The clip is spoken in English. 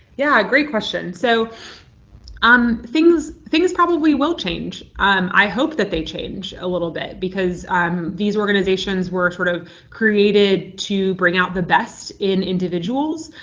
yeah great question. so um things things probably will change um i hope that they change a little bit because um these organizations were sort of created to bring out the best in individuals,